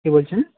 কে বলছেন